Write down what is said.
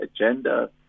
agenda